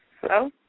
Hello